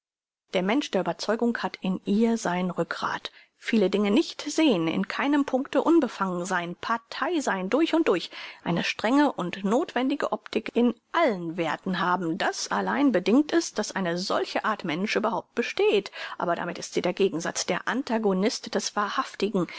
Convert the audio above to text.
der mensch der überzeugung hat in ihr sein rückgrat viele dinge nicht sehn in keinem punkte unbefangen sein partei sein durch und durch eine strenge und notwendige optik in allen werthen haben das allein bedingt es daß eine solche art mensch überhaupt besteht aber damit ist sie der gegensatz der antagonist des wahrhaftigen